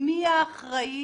מי האחראי?